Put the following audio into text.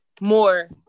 more